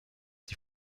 die